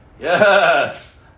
Yes